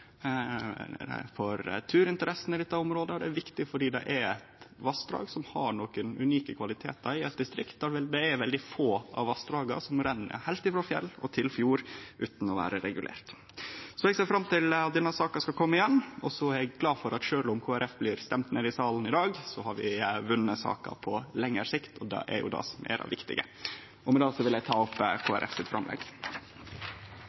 for turinteressene i dette området, det er viktig fordi det er eit vassdrag som har nokre unike kvalitetar i eit distrikt der det er veldig få av vassdraga som renn heilt frå fjell og til fjord, utan å vere regulert. Eg ser fram til at denne saka skal kome igjen, og eg er glad for at sjølv om Kristeleg Folkeparti blir stemt ned i salen i dag, har vi vunne saka på lengre sikt. Det er jo det som er det viktige. For miljøbevegelsen og